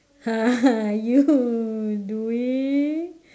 how are you doing